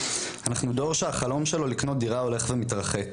אנחנו דור שהחלום שלו לקנות דירה הולך ומתרחק,